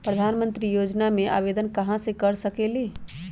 प्रधानमंत्री योजना में आवेदन कहा से कर सकेली?